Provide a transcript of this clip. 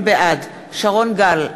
בעד שרון גל,